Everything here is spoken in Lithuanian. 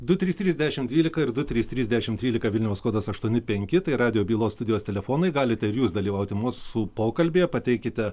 du trys trys dešim dvylika ir du trys trys dešim trylika vilniaus kodas aštuoni penki tai radijo bylos studijos telefonai galite ir jūs dalyvauti mūsų pokalbyje pateikite